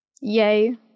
Yay